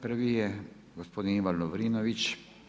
Prvi je gospodin Ivan Lovrinović.